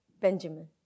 Benjamin